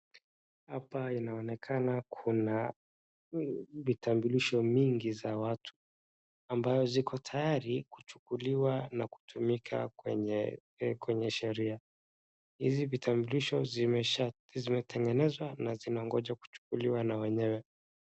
Hapa inaonekana kuna vitambulisho mingi za watu, ambazo ziko tayari kuchukuliwa na kutumika kwenye, kwenye sheria. Hizi vitambulisho zimesha, zimetengenezwa na zinangoja kuchukuliwa na wenyewe.